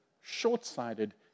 short-sighted